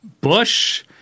Bush